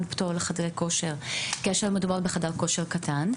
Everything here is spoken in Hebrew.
פטור לחדרי כושר כאשר מדובר בחדר כושר קטן,